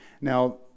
Now